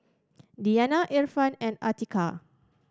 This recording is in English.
Diyana Irfan and Atiqah